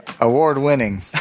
Award-winning